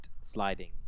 Sliding